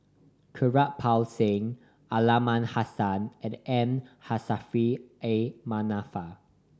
Kirpal Singh Aliman Hassan and M Saffri A Manaf